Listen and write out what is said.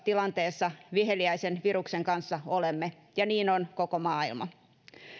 tilanteessa viheliäisen viruksen kanssa olemme ja niin on koko maailma